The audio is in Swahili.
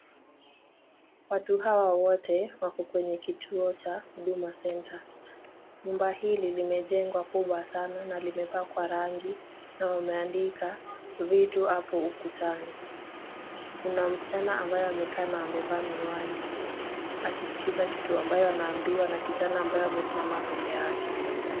Watu hawa wote wako kwenye kituo cha huduma center, nyumba hili limjengwa kubwa sana na limepakwa rangi na wameandika "Vitu Apo Ukutani". Kuna mschana ambaye amekaa na amevaa miwani, akisikiza kitu ambayo anaambiwa na kijana ambaye amesimama mbele yake.